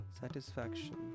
satisfaction